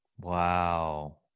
wow